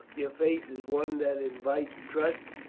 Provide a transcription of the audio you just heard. your face is one that invites trust,